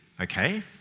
okay